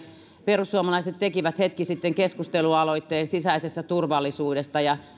perussuomalaiset tekivät hetki sitten keskustelualoitteen sisäisestä turvallisuudesta ja